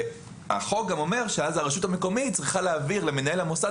החוק גם אומר שאז הרשות המקומית צריכה להעביר למנהל המוסד,